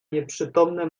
nieprzytomne